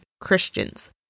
Christians